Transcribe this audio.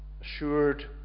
assured